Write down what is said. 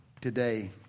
today